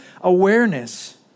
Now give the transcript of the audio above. awareness